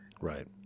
Right